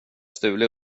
stulit